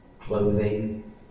Clothing